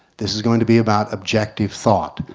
this is going to be about objective thought.